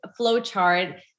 flowchart